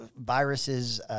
viruses